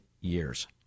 years